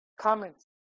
comments